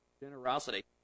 generosity